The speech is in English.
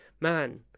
man